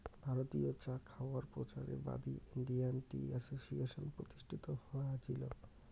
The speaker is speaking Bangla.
ভারতীয় চা খাওয়ায় প্রচারের বাদী ইন্ডিয়ান টি অ্যাসোসিয়েশন প্রতিষ্ঠিত হয়া আছিল